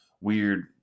weird